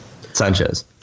Sanchez